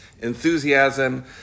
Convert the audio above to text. enthusiasm